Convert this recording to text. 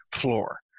floor